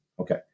Okay